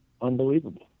unbelievable